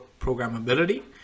programmability